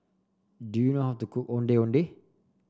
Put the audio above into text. do you know how to cook Ondeh Ondeh